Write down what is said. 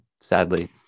sadly